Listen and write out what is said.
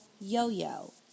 yo-yo